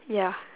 ya